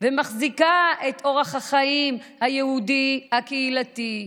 ומחזיקה את אורח החיים היהודי הקהילתי,